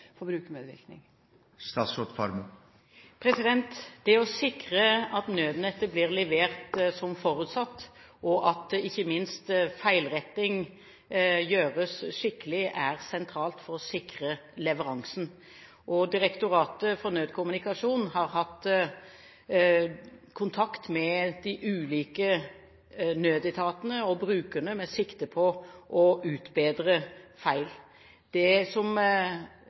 for brukermedvirkning. Det å sikre at nødnettet blir levert som forutsatt, og at ikke minst feilretting gjøres skikkelig, er sentralt for å sikre leveransen. Direktoratet for nødkommunikasjon har hatt kontakt med de ulike nødetatene og brukerne, med sikte på å utbedre feil. Det